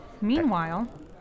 Meanwhile